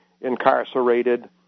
incarcerated